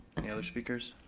any other speakers?